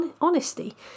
Honesty